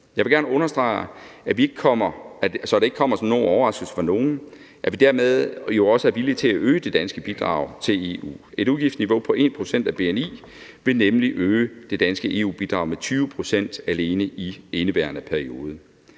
overraskelse for nogen, at vi dermed også er villige til at øge det danske bidrag til EU. Et udgiftsniveau på 1 pct. af bni vil nemlig øge det danske EU-bidrag med 20 pct. alene i indeværende periode.